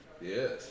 Yes